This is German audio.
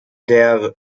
der